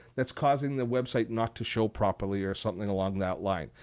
that's causing the website not to show properly or something along that line.